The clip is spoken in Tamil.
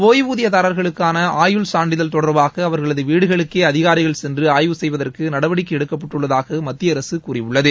டிய்வூதியதாரர்களுக்கான ஆயுள் சான்றிதழ் தொடர்பாக அவர்களது வீடுகளுக்கே அதகாரிகள் சென்று ஆய்வு செய்வதற்கு நடவடிக்கை எடுக்கப்பட்டுள்ளதாக மத்திய அரசு கூறியுள்ளது